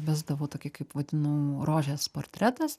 vesdavau tokį kaip vadinu rožės portretas